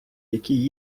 які